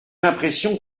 l’impression